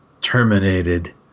terminated